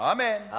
Amen